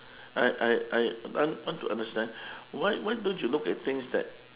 I I I want to understand why why don't you look at things that